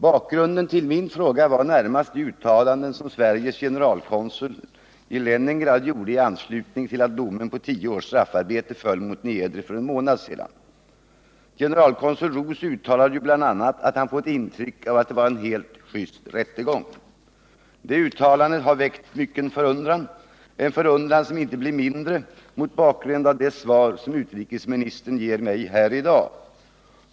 Bakgrunden till min fråga var närmast det uttalandet som Sveriges generalkonsul i Leningrad gjorde i anslutning till att domen på tio års straffarbete föll mot Niedre för en månad sedan. Generalkonsul Ros uttalade bl.a. att han fått intryck av att det var en helt just rättegång. Det uttalandet har väckt mycken förundran, en förundran som inte blir mindre mot bakgrund av det svar utrikesministern ger mig i dag.